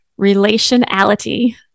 relationality